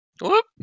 Whoop